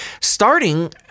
starting